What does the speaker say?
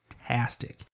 fantastic